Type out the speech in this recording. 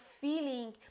feeling